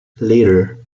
later